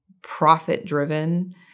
profit-driven